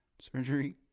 Surgery